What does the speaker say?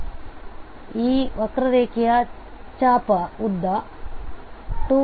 ಆದ್ದರಿಂದ ವಕ್ರರೇಖೆಯ ಚಾಪ ಉದ್ದ 2πρ